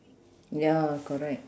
ya correct